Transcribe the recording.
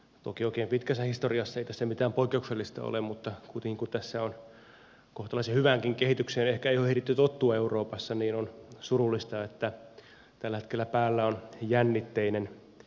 toki oikein pitkässä historiassa ei tässä mitään poikkeuksellista ole mutta kuitenkin kun tässä on kohtalaisen hyväänkin kehitykseen ehkä jo ehditty tottua euroopassa on surullista että tällä hetkellä päällä on jännitteinen tila